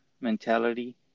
mentality